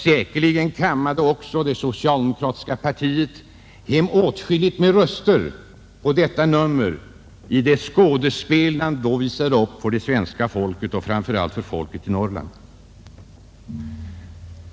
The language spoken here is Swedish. Säkerligen kammade också det socialdemokratiska partiet hem åtskilliga röster på detta nummer i det skådespel som man då visade upp för det svenska folket och framför allt för folket i Norrland.